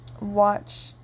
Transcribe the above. watch